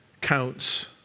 counts